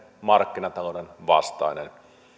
markkinatalouden vastainen